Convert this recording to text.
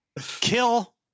Kill